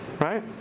right